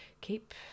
keep